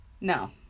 No